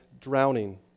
drowning